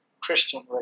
Christian